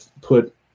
put